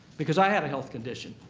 because i had a health condition,